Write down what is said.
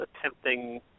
attempting